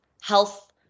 health